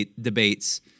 debates